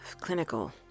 clinical